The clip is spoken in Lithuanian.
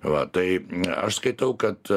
va tai aš skaitau kad